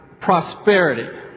prosperity